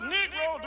Negro